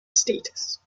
status